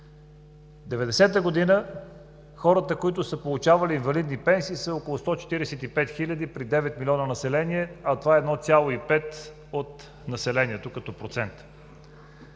1990 г. хората, които са получавали инвалидни пенсии, са около 145 хиляди при 9 милиона население. Това е 1,5 като процент